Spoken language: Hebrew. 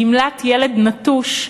"גמלת ילד נטוש",